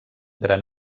gran